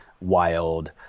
wild